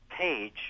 page